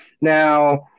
Now